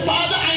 Father